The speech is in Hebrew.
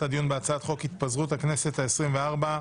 הדיון הצעת חוק התפזרות הכנסת העשרים וארבע,